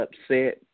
upset